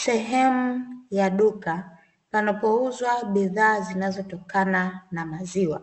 Sehemu ya duka panapouzwa bidhaa zinazotokana na maziwa,